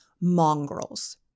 mongrels